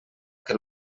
que